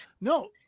no